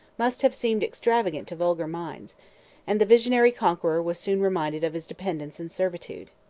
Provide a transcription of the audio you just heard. must have seemed extravagant to vulgar minds and the visionary conqueror was soon reminded of his dependence and servitude.